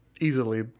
Easily